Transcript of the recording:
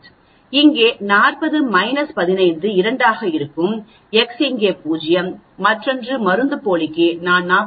இங்கே அது 40 15 2 ஆக இருக்கும் x இங்கே 0 மற்றொன்று மருந்துப்போலிக்கு நான் 43